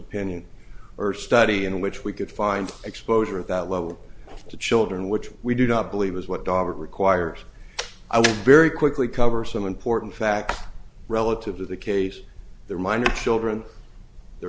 opinion or study in which we could find exposure at that level to children which we do not believe is what dog requires i would very quickly cover some important facts relative to the case their minor children the